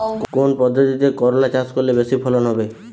কোন পদ্ধতিতে করলা চাষ করলে বেশি ফলন হবে?